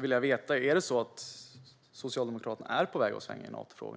vill jag veta: Är det så att Socialdemokraterna är på väg att svänga i Natofrågan?